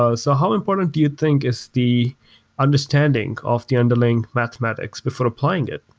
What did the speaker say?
ah so how important do you think is the understanding of the underlying mathematics before applying it?